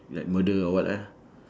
like murder or what lah